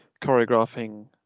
choreographing